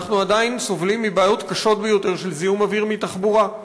אנחנו עדיין סובלים מבעיות קשות ביותר של זיהום אוויר מתחבורה.